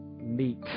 meet